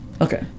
Okay